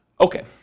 Okay